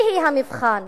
היא היא המבחן לדמוקרטיה.